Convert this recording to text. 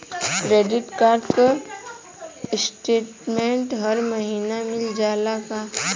Credit card क statement हर महिना मिल जाला का?